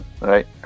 Right